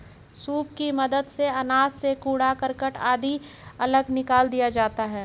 soup की मदद से अनाज से कूड़ा करकट आदि अलग निकाल दिया जाता है